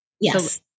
Yes